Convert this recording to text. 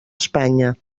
espanya